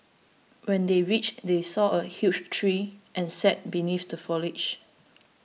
when they reached they saw a huge tree and sat beneath the foliage